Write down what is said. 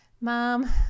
mom